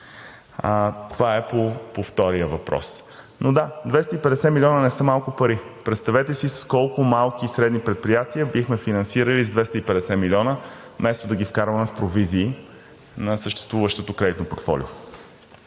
Това е по втория въпрос. Да, 250 милиона не са малко пари. Представете си колко малки и средни предприятия бихме финансирали с 250 милиона, вместо да ги вкарваме в провизии на съществуващото кредитно портфолио.